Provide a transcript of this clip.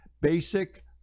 basic